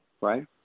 right